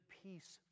peace